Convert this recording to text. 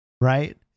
right